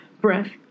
breath